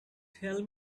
tell